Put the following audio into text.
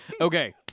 Okay